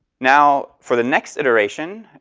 now, for the next iteration,